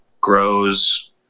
grows